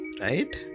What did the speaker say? Right